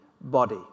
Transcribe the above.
body